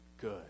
good